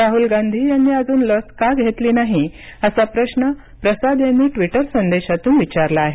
राहुल गांधी यांनी अजून लस का घेतली नाही असा प्रश्न प्रसाद यांनी ट्विटर संदेशातून विचारला आहे